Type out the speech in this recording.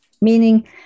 meaning